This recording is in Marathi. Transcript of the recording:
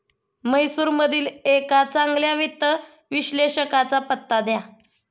म्हैसूरमधील एका चांगल्या वित्त विश्लेषकाचा पत्ता द्या